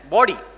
Body